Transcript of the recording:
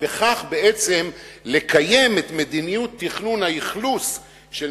ובכך לקיים את מדיניות תכנון האכלוס של